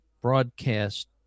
broadcast